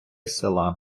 села